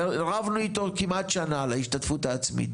ורבנו איתו כמעט שנה על ההשתתפות העצמית,